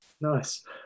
Nice